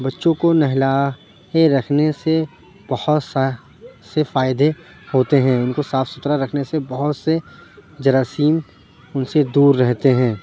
بچوں کو نہلا کے رکھنے سے بہت سا سے فائدے ہوتے ہیں اُن کو صاف سُتھرا رکھنے سے بہت سے جراثیم اُن سے دور رہتے ہیں